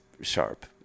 sharp